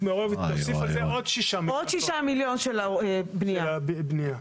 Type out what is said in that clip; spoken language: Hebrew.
תוסיף עוד שישה מיליון של הבנייה.